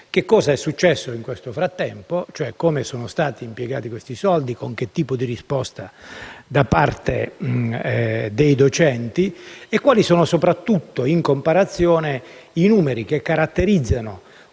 cosa è successo nel frattempo, come sono stati impiegati questi soldi, con che tipo di risposta da parte dei docenti e, soprattutto, quali sono in comparazione i numeri che caratterizzano